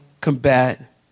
combat